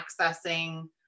accessing